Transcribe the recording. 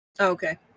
Okay